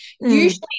Usually